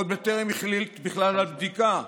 עוד בטרם החליט בכלל על בדיקה,